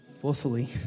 forcefully